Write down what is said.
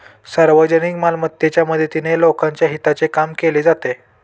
सार्वजनिक मालमत्तेच्या मदतीने लोकांच्या हिताचे काम केले जाते